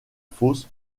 fosse